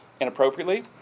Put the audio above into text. inappropriately